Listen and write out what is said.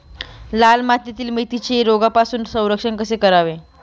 लाल मातीतील मेथीचे रोगापासून संरक्षण कसे करावे?